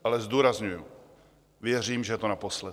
Ale zdůrazňuji: Věřím, že je to naposled.